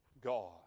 God